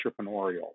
entrepreneurial